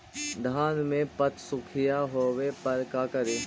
धान मे पत्सुखीया होबे पर का करि?